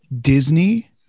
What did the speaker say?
Disney